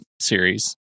series